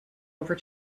over